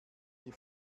die